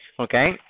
Okay